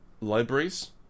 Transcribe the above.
Libraries